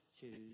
choose